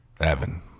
Evan